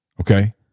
Okay